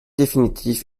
définitif